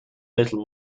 little